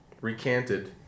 recanted